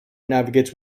navigates